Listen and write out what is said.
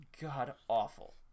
god-awful